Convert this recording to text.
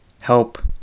help